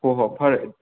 ꯍꯣ ꯍꯣ ꯐꯔꯦ